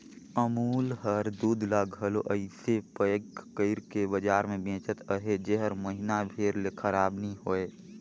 अमूल हर दूद ल घलो अइसे पएक कइर के बजार में बेंचत अहे जेहर महिना भेर ले खराब नी होए